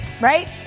right